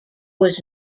was